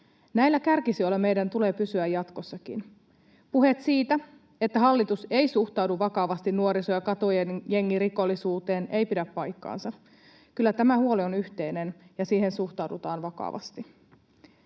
Näillä kärkisijoilla meidän tulee pysyä jatkossakin. Puheet siitä, että hallitus ei suhtaudu vakavasti nuoriso- ja katujengirikollisuuteen, eivät pidä paikkaansa. Kyllä tämä huoli on yhteinen, ja siihen suhtaudutaan vakavasti.